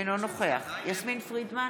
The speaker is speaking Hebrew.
אינו נוכח יסמין פרידמן,